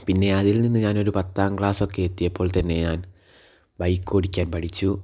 പിന്നെ അതിൽ നിന്നും ഞാനൊരു പത്താം ക്ലാസ്സൊക്കെ എത്തിയപ്പോൾ തന്നെ ഞാൻ ബൈക്കോടിക്കാൻ പഠിച്ചു